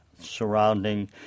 surrounding